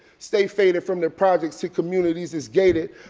stay faded from the projects to communities is gated.